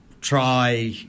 try